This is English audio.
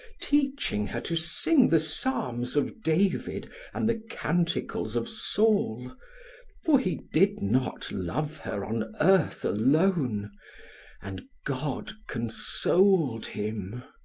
teaching her to sing the psalms of david and the canticles of saul for he did not love her on earth alone and god consoled him.